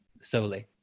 solely